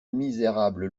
misérable